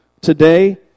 today